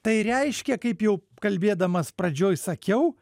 tai reiškia kaip jau kalbėdamas pradžioj sakiau